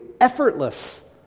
effortless